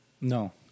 No